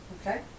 Okay